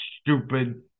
stupid